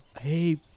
Hey